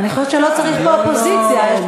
לא, מה פתאום, מה פתאום.